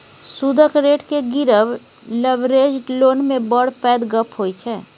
सुदक रेट केँ गिरब लबरेज्ड लोन मे बड़ पैघ गप्प होइ छै